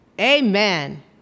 Amen